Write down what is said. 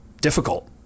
difficult